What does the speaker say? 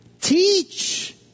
teach